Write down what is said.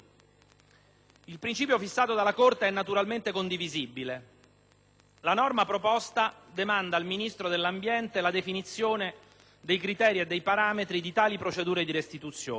Il principio fissato dalla Corte è naturalmente condivisibile. La norma proposta demanda al Ministro dell'ambiente la definizione dei criteri e dei parametri di tali procedure di restituzione.